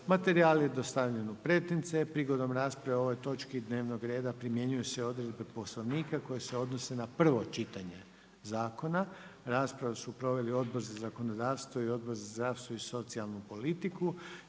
Materijal je dostavljen svim zastupnicima i zastupnicama. Prigodom rasprave o ovoj točki dnevnog reda, primjenjuje se odredbe Poslovnika koji se odnosi na prvo čitanje zakona. Rasprava je su proveli Odbor za zakonodavstvo, za zdravstvo i socijalnu politiku